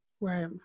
right